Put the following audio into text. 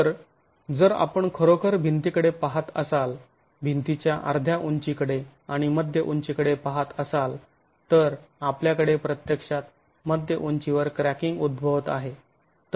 तर जर आपण खरोखर भिंतीकडे पाहत असाल भिंतीच्या अर्ध्या उंचीकडे आणि मध्य उंचीकडे पाहत असाल तर आपल्याकडे प्रत्यक्षात मध्य उंचीवर क्रॅकिंग उद्भवत आहे